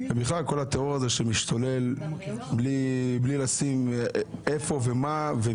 ובכלל כל הטרור הזה שמשתולל בלי לשים איפה ומה,